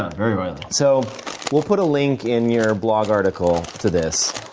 very oily. so we'll put a link in your blog article to this.